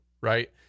right